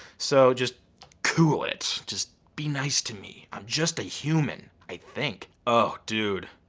so just cool it. just be nice to me. i'm just a human, i think. oh dude.